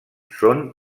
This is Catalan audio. són